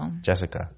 Jessica